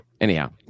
Anyhow